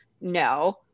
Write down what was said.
No